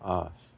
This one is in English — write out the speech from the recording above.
off